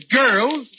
girls